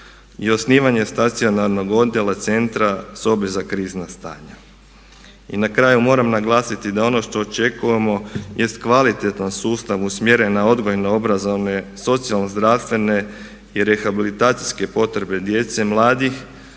i osnivanje stacionarnog odjela centra sobe za krizna stanja. I na kraju moram naglasiti da ono što očekujemo jest kvalitetan sustav usmjeren na odgojno-obrazovne socijalno-zdravstvene i rehabilitacijske potrebe djece i mladih,